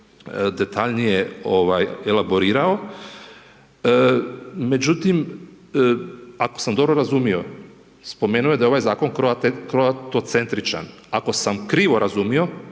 detaljnije elaborirao, međutim, ako sam dobro razumio spomenuo je da je ovaj zakon kroatocentričan, ako sam krivo razumio